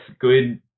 good